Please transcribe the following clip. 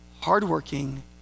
hardworking